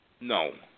No